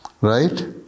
Right